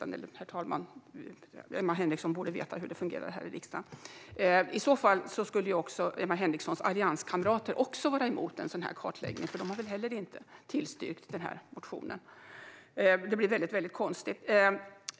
Emma Henriksson borde veta hur det fungerar här i riksdagen. I annat fall borde hennes allianskamrater också vara emot en sådan kartläggning, för inte heller de har väl tillstyrkt motionen. Det hela blir väldigt konstigt.